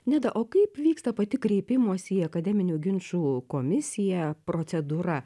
neda o kaip vyksta pati kreipimosi į akademinių ginčų komisiją procedūra